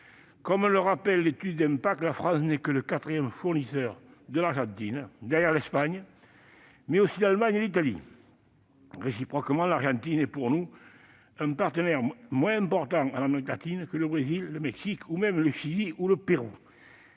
Comme le rappelle l'étude d'impact, la France n'est que le quatrième fournisseur européen de l'Argentine, derrière l'Espagne, l'Allemagne et l'Italie. Réciproquement, l'Argentine est pour nous un partenaire commercial moins important en Amérique latine que le Brésil, le Mexique ou même le Chili et le Pérou.